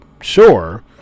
Sure